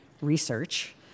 research